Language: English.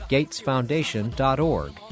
GatesFoundation.org